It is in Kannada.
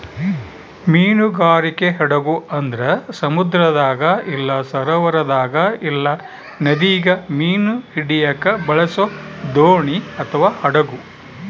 ಮೀನುಗಾರಿಕೆ ಹಡಗು ಅಂದ್ರ ಸಮುದ್ರದಾಗ ಇಲ್ಲ ಸರೋವರದಾಗ ಇಲ್ಲ ನದಿಗ ಮೀನು ಹಿಡಿಯಕ ಬಳಸೊ ದೋಣಿ ಅಥವಾ ಹಡಗು